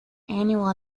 annual